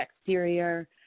exterior